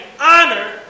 honor